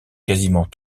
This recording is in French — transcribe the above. quasiment